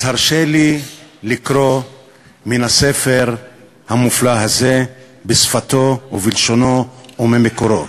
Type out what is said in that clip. אז הרשה לי לקרוא מן הספר המופלא הזה בשפתו ובלשונו וממקורו.